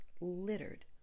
littered